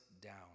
down